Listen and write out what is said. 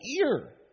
ear